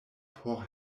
por